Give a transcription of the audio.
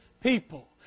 people